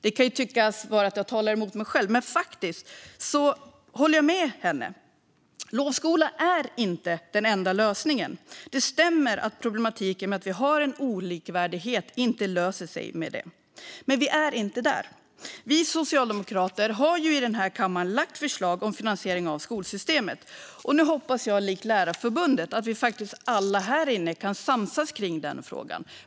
Det kan tyckas som att jag talar emot mig själv, men jag håller faktiskt med henne om att lovskola inte är den enda lösningen. Det stämmer att problematiken med att vi har en olikvärdighet inte löser sig med lovskolan, men vi är inte där ännu. Vi socialdemokrater har i denna kammare lagt fram förslag om finansiering av skolsystemet. Nu hoppas jag, likt Lärarförbundet, att vi alla härinne kan samsas i frågan.